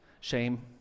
shame